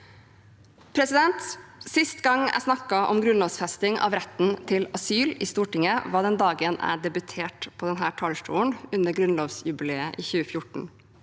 rettsanvendelse. Sist jeg snakket om grunnlovfesting av retten til asyl i Stortinget, var den dagen jeg debuterte på denne talerstolen, under grunnlovsjubileet i 2014.